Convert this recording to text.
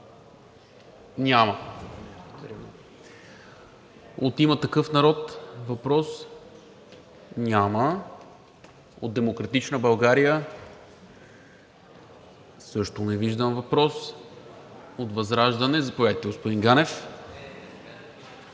Няма. От „Има такъв народ“ – въпрос? Няма. От „Демократична България“? Също не виждам въпрос. От ВЪЗРАЖДАНЕ? Заповядайте, господин Ганев.